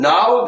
Now